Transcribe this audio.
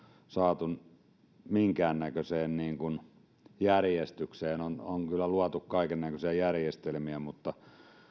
saatu minkäännäköiseen järjestykseen on on kyllä luotu kaikennäköisiä järjestelmiä mutta